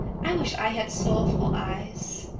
i wish i had soulful eyes.